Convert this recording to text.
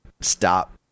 stop